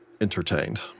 entertained